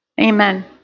Amen